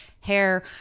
hair